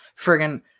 friggin